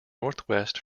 northwest